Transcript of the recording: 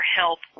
help